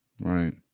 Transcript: Right